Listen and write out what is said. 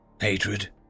Hatred